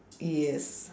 yes